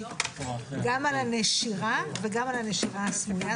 גם על הנשירה וגם על הנשירה הסמויה,